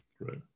Right